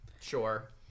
Sure